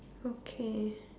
okay